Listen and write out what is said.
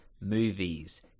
movies